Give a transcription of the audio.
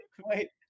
Wait